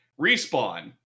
respawn